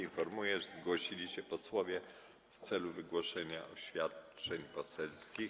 Informuję, że zgłosili się posłowie w celu wygłoszenia oświadczeń poselskich.